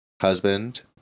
husband